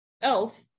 elf